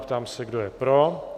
Ptám se, kdo je pro?